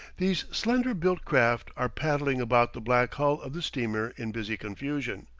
these slender-built craft are paddling about the black hull of the steamer in busy confusion.